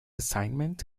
assignment